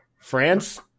France